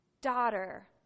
Daughter